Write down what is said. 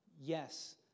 Yes